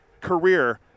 career